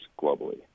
globally